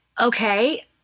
okay